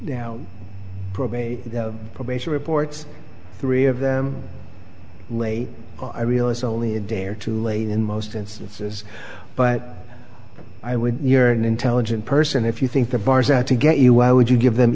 down probate probation reports three of them may well i realize only a day or two late in most instances but i would you're an intelligent person if you think the bar's out to get you why would you give them